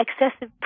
excessive